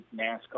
NASCAR